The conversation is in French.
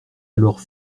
alors